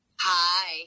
Hi